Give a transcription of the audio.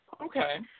Okay